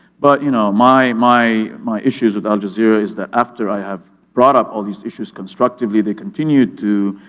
but you know my my my issues with al jazeera is that after i have brought up all these issues constructively, they continued to